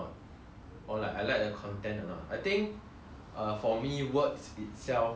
err for me words itself is enough to make me sleepy and tired lah